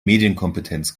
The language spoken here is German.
medienkompetenz